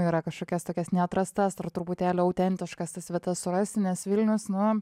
yra kažkokias tokias neatrastas ar truputėlį autentiškas tas vietas surasti nes vilnius nu